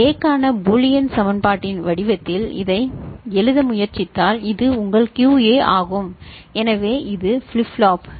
A க்கான Boolean சமன்பாட்டின் வடிவத்தில் இதை எழுத முயற்சித்தால் இது உங்கள் QA ஆகும் எனவே இது ஃபிளிப் ஃப்ளாப்